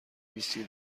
ویسکی